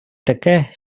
таке